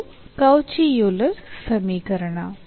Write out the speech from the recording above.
ಅದು Cauchy Euler ಸಮೀಕರಣ